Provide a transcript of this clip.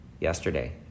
yesterday